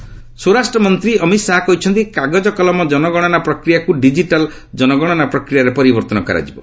home minister ସ୍ୱରାଷ୍ଟ୍ର ମନ୍ତ୍ରୀ ଅମିତ ଶାହା କହିଛନ୍ତି କାଗଜ କଲମ ଜନଗଶନା ପ୍ରକ୍ରିୟାକୁ ଡିଜିଟାଲ୍ ଜନଗଣନା ପ୍ରକ୍ରିୟାରେ ପରିବର୍ତ୍ତନ କରାଯିବ